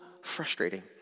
frustrating